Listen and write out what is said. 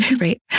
Right